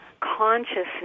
consciousness